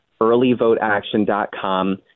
Earlyvoteaction.com